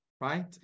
right